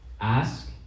ask